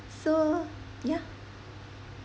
so ya